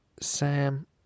Sam